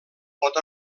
pot